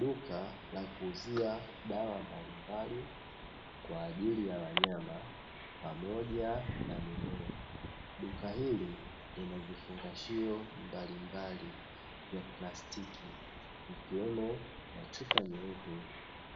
Duka la kuuzia dawa mbalimbali kwa ajili ya wanyama pamoja na mimea. Duka hili lina vifungashio mbalimbali vya plastiki ikiwemo na chupa nyeupe